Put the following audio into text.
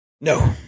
No